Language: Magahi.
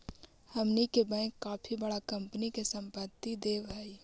हमनी के बैंक काफी बडा कंपनी के संपत्ति देवऽ हइ